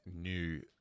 new